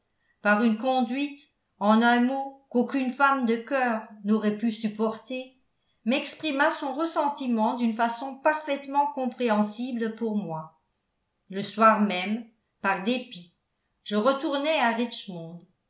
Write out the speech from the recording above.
par une conduite en un mot qu'aucune femme de cœur n'aurait pu supporter m'exprima son ressentiment d'une façon parfaitement compréhensible pour moi le soir même par dépit je retournai à richmond